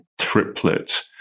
triplet